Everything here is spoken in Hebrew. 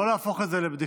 לא להפוך את זה לבדיחה,